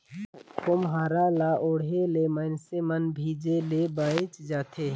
खोम्हरा ल ओढ़े ले मइनसे मन भीजे ले बाएच जाथे